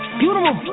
beautiful